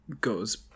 goes